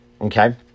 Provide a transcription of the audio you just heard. Okay